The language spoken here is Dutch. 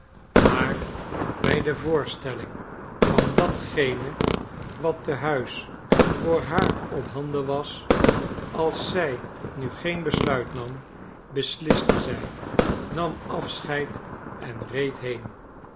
maar bij de voorstelling van datgene wat te huis voor haar op handen was als zij nu geen besluit nam besliste zij nam afscheid en reed heen